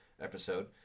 episode